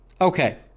Okay